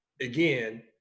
Again